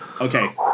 okay